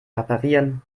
reparieren